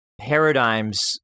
paradigms